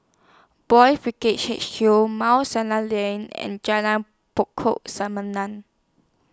Boys' Brigade H Q Mount Sinai Lane and Jalan Pokok